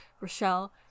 Rochelle